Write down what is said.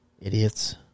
Idiots